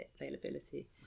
availability